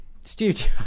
studio